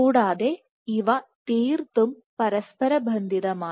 കൂടാതെ ഇവ തീർത്തും പരസ്പരബന്ധിതമാണ്